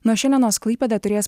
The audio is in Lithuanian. nuo šiandienos klaipėda turės